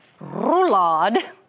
roulade